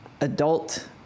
adult